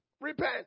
repent